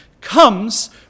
comes